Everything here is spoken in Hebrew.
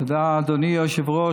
תודה, אדוני היושב-ראש.